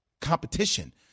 competition